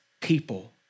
people